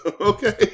Okay